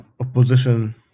opposition